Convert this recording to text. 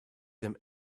them